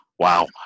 Wow